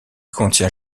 contient